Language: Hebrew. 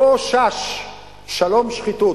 אותו ש"ש, שלום-שחיתות.